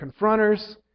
confronters